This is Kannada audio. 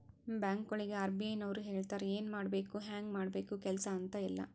ಬ್ಯಾಂಕ್ಗೊಳಿಗ್ ಆರ್.ಬಿ.ಐ ನವ್ರು ಹೇಳ್ತಾರ ಎನ್ ಮಾಡ್ಬೇಕು ಹ್ಯಾಂಗ್ ಮಾಡ್ಬೇಕು ಕೆಲ್ಸಾ ಅಂತ್ ಎಲ್ಲಾ